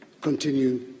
continue